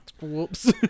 whoops